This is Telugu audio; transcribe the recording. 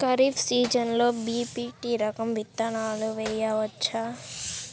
ఖరీఫ్ సీజన్లో బి.పీ.టీ రకం విత్తనాలు వేయవచ్చా?